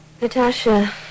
Natasha